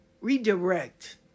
redirect